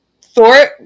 Thor